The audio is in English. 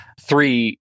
three